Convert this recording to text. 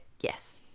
yes